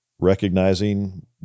Recognizing